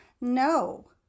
No